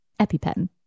EpiPen